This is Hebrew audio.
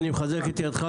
אני נועל את הדיון.